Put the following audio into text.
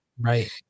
Right